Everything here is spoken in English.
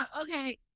okay